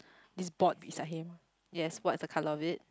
this board beside him yes what's the colour of it